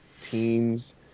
teams